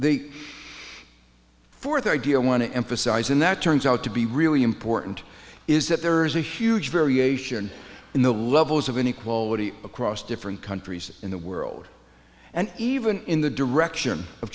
the fourth id i want to emphasise in that turns out to be really important is that there is a huge variation in the levels of inequality across different countries in the world and even in the direction of